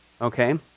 okay